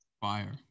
Fire